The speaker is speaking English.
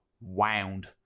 wound